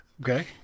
Okay